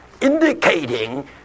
indicating